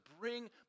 bring